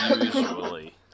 usually